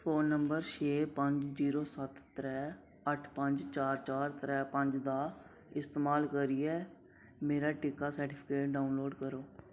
phone number छे पंज zero सत्त त्रै अट्ठ पंज चार चार त्रै पंज दा इस्तमाल करियै मेरा टीका सर्टिफिकेट डाउनलोड करो